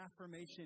affirmation